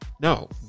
no